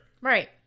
Right